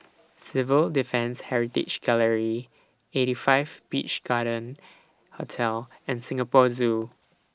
Civil Defence Heritage Gallery eighty five Beach Garden Hotel and Singapore Zoo